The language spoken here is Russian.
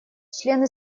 члены